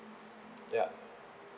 yup